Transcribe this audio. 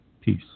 Peace